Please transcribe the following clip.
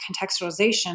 contextualization